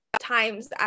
times